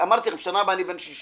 אמרתי לכם: בשנה הבאה אני בן 60,